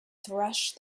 thresh